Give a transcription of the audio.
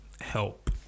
Help